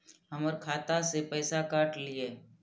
हमर खाता से पैसा काट लिए?